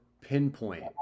pinpoint